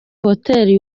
hoteli